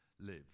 live